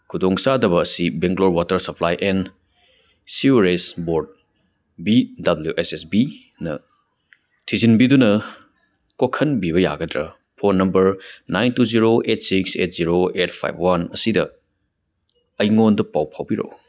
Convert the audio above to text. ꯈꯨꯗꯣꯡ ꯆꯥꯗꯕ ꯑꯁꯤ Bangalore water supply and sewerage board B W S S ꯕꯤꯅ ꯊꯤꯖꯤꯟꯕꯤꯗꯨꯅ ꯀꯣꯛꯍꯟꯕꯤꯕ ꯌꯥꯒꯗ꯭ꯔ phone number nine two zero eight six eight zero eight five one ꯑꯁꯤꯗ ꯑꯩꯉꯣꯟꯗ ꯄꯥꯎ ꯐꯥꯎꯕꯤꯔꯛꯎ